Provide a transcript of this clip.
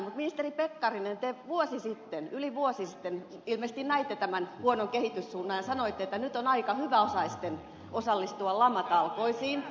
mutta ministeri pekkarinen te vuosi sitten yli vuosi sitten ilmeisesti näitte tämän huonon kehityssuunnan ja sanoitte että nyt on aika hyväosaisten osallistua lamatalkoisiin